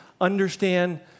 understand